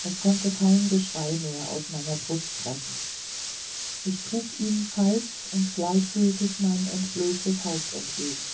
es konnte kein geschrei mehr aus meiner brust pressen ich trug ihm kalt und gleichgültig mein entblößtes haupt entgegen